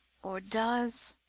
or does,